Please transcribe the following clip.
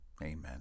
Amen